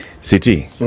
City